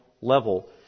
level